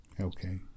Okay